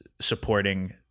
supporting